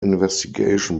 investigation